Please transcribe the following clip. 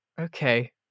Okay